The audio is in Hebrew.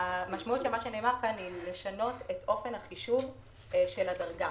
המשמעות של מה שנאמר כאן היא לשנות את אופן החישוב של הדרגה,